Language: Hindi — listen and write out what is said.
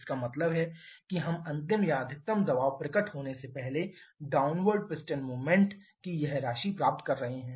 इसका मतलब है कि हम अंतिम या अधिकतम दबाव प्रकट होने से पहले डाउनवर्ड पिस्टन मूवमेंट की यह राशि प्राप्त कर रहे हैं